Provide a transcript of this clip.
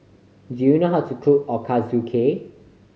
do you know how to cook Ochazuke